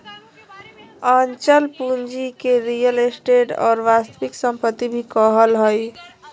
अचल पूंजी के रीयल एस्टेट और वास्तविक सम्पत्ति भी कहइ हइ